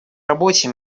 работе